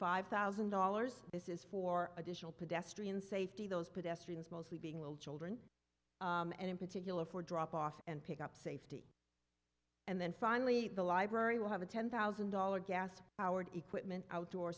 five thousand dollars this is for additional pedestrian safety those pedestrians mostly being little children and in particular for drop off and pick up safety and then finally the library will have a ten thousand dollar gas powered equipment outdoor